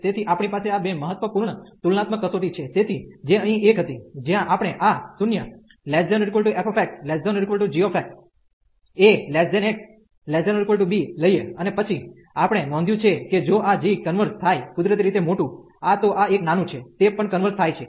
તેથી આપણી પાસે આ બે મહત્વપૂર્ણ તુલનાત્મક કસોટી છે તેથી જે અહીં એક હતી જ્યાં આપણે આ 0≤fx≤gxax≤b લઈએ અને પછી આપણે નોંધ્યું છે કે જો આ g કન્વર્ઝ થાય કુદરતી રીતે મોટું આ તો આ એક નાનું છે તે પણ કન્વર્ઝ થાય છે